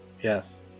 Yes